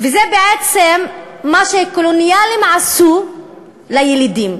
וזה בעצם מה שהקולוניאליסטים עשו לילידים.